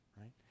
Right